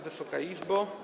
Wysoka Izbo!